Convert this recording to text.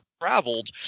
traveled